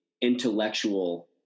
intellectual